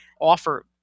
offer